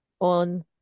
on